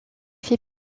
fait